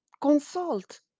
Consult